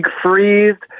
freeze